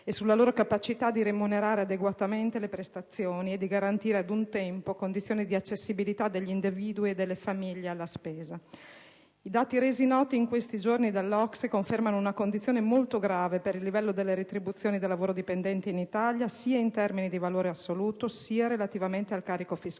e sulla loro capacità di remunerare adeguatamente le prestazioni e di garantire, ad un tempo, condizioni di accessibilità degli individui e delle famiglie alla spesa. I dati resi noti in questi giorni dall'OCSE confermano una condizione molto grave per il livello delle retribuzioni da lavoro dipendente in Italia, sia in termini di valore assoluto, sia relativamente al carico fiscale